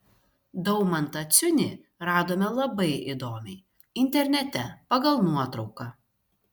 daumantą ciunį radome labai įdomiai internete pagal nuotrauką